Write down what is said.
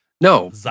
No